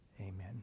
Amen